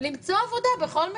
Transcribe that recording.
למצוא עבודה בכל מחיר.